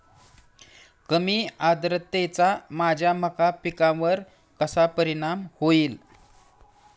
कमी आर्द्रतेचा माझ्या मका पिकावर कसा परिणाम होईल?